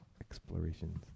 explorations